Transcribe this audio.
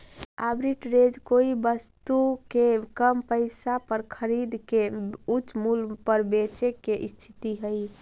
arbitrage कोई वस्तु के कम पईसा पर खरीद के उच्च मूल्य पर बेचे के स्थिति हई